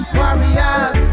warriors